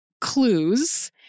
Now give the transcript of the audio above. clues